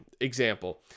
Example